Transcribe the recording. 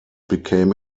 became